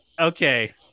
Okay